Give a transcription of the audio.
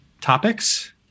topics